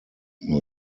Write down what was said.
new